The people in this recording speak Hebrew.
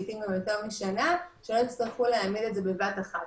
צעד נוסף שקידם המשרד החל מ-2013 זה השתתפות במימון שכר